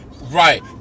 Right